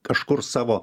kažkur savo